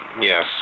yes